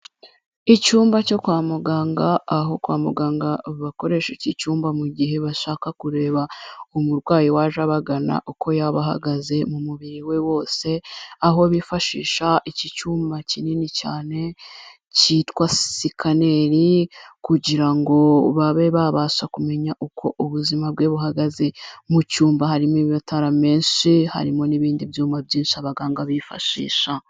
Icyumba cyo kwa muganga aho kwa muganga bakoresha iki cyumba mu gihe bashaka kureba umurwayi waje abagana uko yabahagaze mu mubiri we wose, aho bifashisha iki cyuma kinini cyane kitwa sikaneri kugira ngo babe babasha kumenya uko ubuzima bwe buhagaze, mu cyumba harimo amatara menshi harimo n'ibindi byuma byinshi abaganga bifashisha.